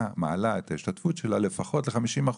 מעלה את ההשתתפות שלה לפחות ל- 50%,